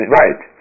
right